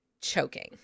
choking